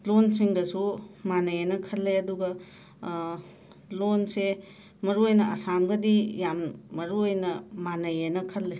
ꯂꯣꯟꯁꯤꯡꯒꯁꯨ ꯃꯥꯅꯩ ꯑꯅ ꯈꯜꯂꯦ ꯑꯗꯨꯒ ꯂꯣꯟꯁꯦ ꯃꯔꯨ ꯑꯣꯏꯅ ꯑꯁꯥꯝꯒꯗꯤ ꯌꯥꯝ ꯃꯔꯨ ꯑꯣꯏꯅ ꯃꯥꯟꯅꯩ ꯑꯅ ꯈꯜꯂꯦ